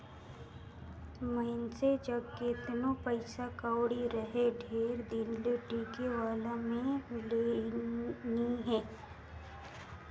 मइनसे जग केतनो पइसा कउड़ी रहें ढेर दिन ले टिके वाला में ले नी हे